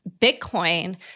Bitcoin